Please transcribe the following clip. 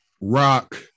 rock